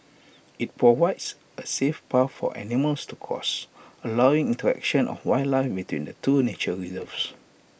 IT provides A safe path for animals to cross allowing interaction of wildlife between the two nature reserves